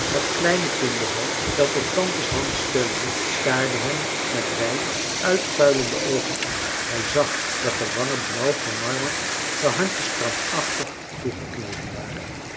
het kleine kinderhoofd dat op tante's hand steunde staarde hem met wijd uitpuilende oogen aan hij zag dat de wangen blauw gemarmerd de handjes krampachtig toegeknepen waren